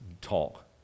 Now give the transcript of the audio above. talk